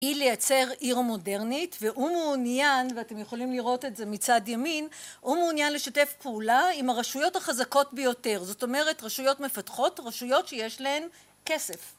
היא לייצר עיר מודרנית והוא מעוניין ואתם יכולים לראות את זה מצד ימין הוא מעוניין לשתף פעולה עם הרשויות החזקות ביותר זאת אומרת רשויות מפתחות רשויות שיש להן כסף